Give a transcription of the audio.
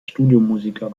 studiomusiker